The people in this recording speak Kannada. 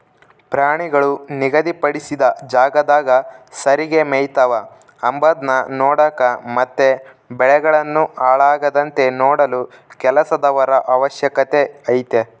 ಪ್ರಾಣಿಗಳು ನಿಗಧಿ ಪಡಿಸಿದ ಜಾಗದಾಗ ಸರಿಗೆ ಮೆಯ್ತವ ಅಂಬದ್ನ ನೋಡಕ ಮತ್ತೆ ಬೆಳೆಗಳನ್ನು ಹಾಳಾಗದಂತೆ ನೋಡಲು ಕೆಲಸದವರ ಅವಶ್ಯಕತೆ ಐತೆ